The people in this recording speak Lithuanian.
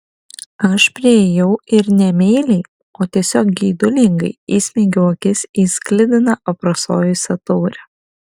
aš priėjau ir ne meiliai o tiesiog geidulingai įsmeigiau akis į sklidiną aprasojusią taurę